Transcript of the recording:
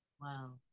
Wow